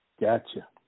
Gotcha